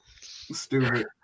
Stupid